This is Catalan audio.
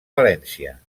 valència